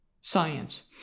science